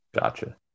Gotcha